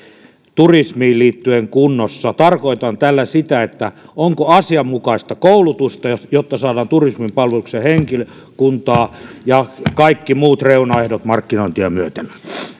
turismiin liittyen kunnossa tarkoitan tällä sitä onko asianmukaista koulutusta jotta saadaan turismin palvelukseen henkilökuntaa ja kaikki muut reunaehdot täytettyä markkinointia myöten